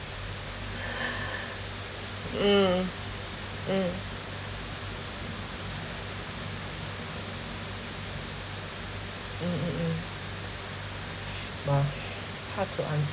mm mm mm mm mm !wah! how to answer